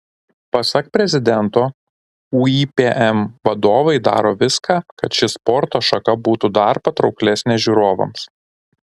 pasak prezidento uipm vadovai daro viską kad ši sporto šaka būtų dar patrauklesnė žiūrovams